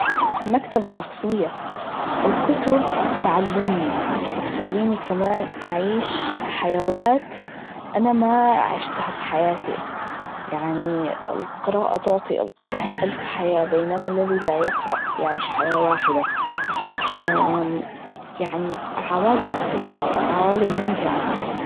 مكتبة شخصية, الكتب تعلمني, وتخليني كمان أعيش حيوات أنا ما عشتها بحياتي, يعني القراءة تعطي القارئ ألف حياة, بينما الذي لا يقرأ يعيش حياة واحد, يعني عوالم مختلفة, وعوالم ممتعة.